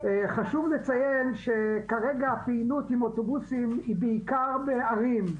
חשוב לציין שכרגע הפעילות עם אוטובוסים היא בעיקר בערים,